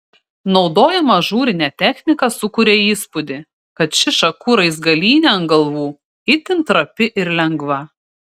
naudojama ažūrinė technika sukuria įspūdį kad ši šakų raizgalynė ant galvų itin trapi ir lengva